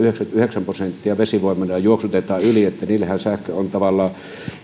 yhdeksänkymmentäyhdeksän prosenttia vesivoimalla juoksutetaan yli eli niillehän sähkö on tavallaan